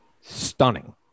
stunning